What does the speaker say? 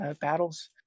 battles